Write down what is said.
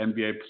NBA